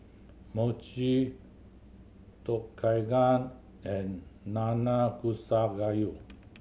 Mochi Tom Kha Gai and Nanakusa Gayu